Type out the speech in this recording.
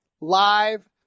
live